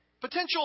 Potential